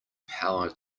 power